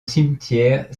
cimetière